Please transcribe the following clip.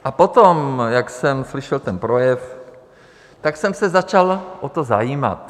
A potom, jak jsem slyšel ten projev, tak jsem se o to začal zajímat.